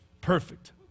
Perfect